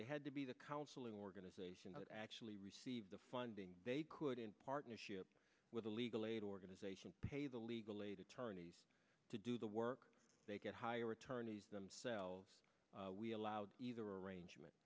they had to be the counseling organizations actually receive the funding they could in partnership with a legal aid organization pay the legal aid attorneys to do the work they get hire attorneys themselves we allowed either arrangement